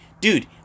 dude